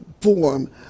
form